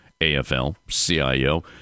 AFL-CIO